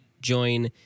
join